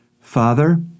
Father